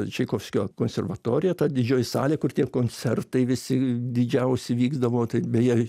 čaikovskio konservatorija ta didžioji salė kur tie koncertai visi didžiausi vykdavo tai beje